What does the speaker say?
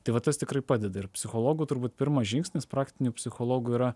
tai va tas tikrai padeda ir psichologų turbūt pirmas žingsnis praktinių psichologų yra